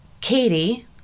Katie